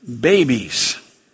babies